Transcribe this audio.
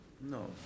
No